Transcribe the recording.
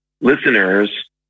listeners